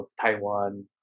Taiwan